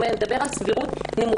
הוא מדבר על "סבירות נמוכה".